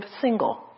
single